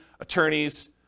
attorneys